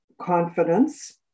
confidence